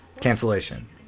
Cancellation